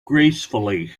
gracefully